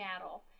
cattle